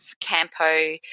Campo